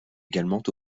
également